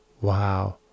wow